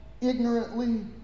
ignorantly